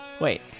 Wait